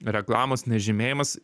reklamos nežymėjimas